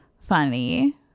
funny